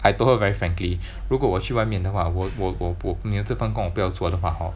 I told her very frankly 如果我去外面的话我我我不你的这份工我不要做的话 hor